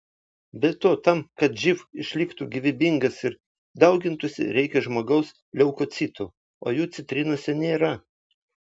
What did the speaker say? be to tam kad živ išliktų gyvybingas ir daugintųsi reikia žmogaus leukocitų o jų citrinose nėra